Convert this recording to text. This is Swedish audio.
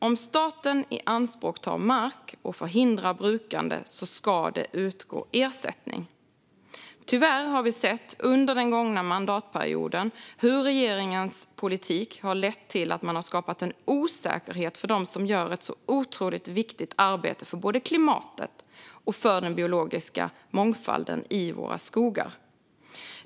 Om staten ianspråktar mark och förhindrar brukande ska det utgå ersättning. Tyvärr har vi under den gångna mandatperioden sett hur regeringens politik lett till en osäkerhet för dem som gör ett så otroligt viktigt arbete för både klimatet och den biologiska mångfalden i våra skogar.